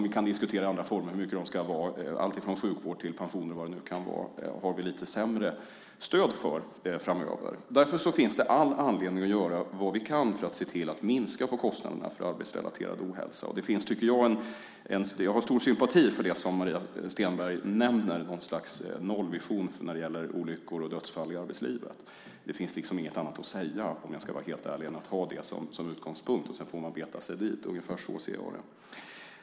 Vi kan diskutera i andra former hur stora de ska vara, alltifrån sjukvård till pensioner eller var det nu kan vara. Det finns all anledning att minska kostnaderna för arbetsrelaterad ohälsa. Jag har stor sympati för det Maria Stenberg nämner om något slags nollvision när det gäller olycksfall och dödsfall i arbetslivet. Det finns inget annat att säga än att ha det som utgångspunkt, om jag ska vara helt ärlig, och sedan får man arbeta sig dit. Så ser jag det.